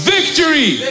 Victory